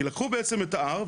כי לקחו בעצם את ההר,